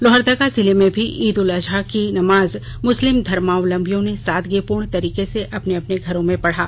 लोहरदगा जिले में भी ईद उल अजहा का नमाज मुस्लिम धर्मावलंबियों ने सादगी पूर्ण तरीके से अपने अपने घरों में पढा